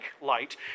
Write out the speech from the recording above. light